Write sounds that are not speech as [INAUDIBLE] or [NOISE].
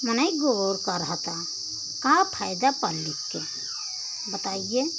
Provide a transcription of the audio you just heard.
मने [UNINTELLIGIBLE] क्या फायदा पढ़ लिखकर बताइए